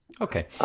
Okay